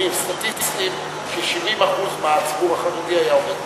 נתונים סטטיסטיים ש-70% מהציבור החרדי היה עובד.